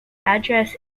address